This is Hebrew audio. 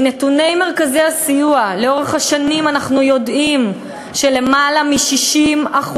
מנתוני מרכזי הסיוע לאורך השנים אנחנו יודעים שלמעלה מ-60%